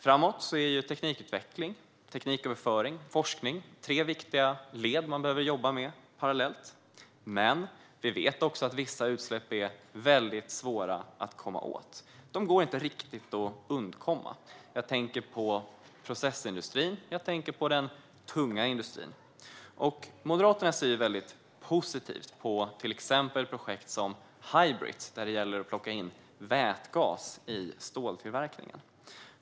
Framöver är teknikutveckling, tekniköverföring och forskning tre viktiga led som man behöver jobba med parallellt. Men vi vet också att vissa utsläpp är mycket svåra att komma åt. De går inte riktigt att undkomma. Jag tänker på processindustrin, och jag tänker på den tunga industrin. Moderaterna ser mycket positivt på till exempel projekt som Hybrit, som handlar om att plocka in vätgas i ståltillverkningen.